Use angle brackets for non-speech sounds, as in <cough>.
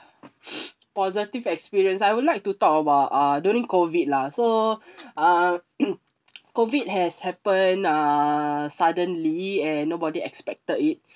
<noise> positive experience I would like to talk about uh during COVID lah so <breath> uh <noise> COVID has happened uh suddenly and nobody expected it